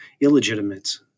illegitimate